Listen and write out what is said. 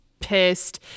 pissed